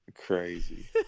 Crazy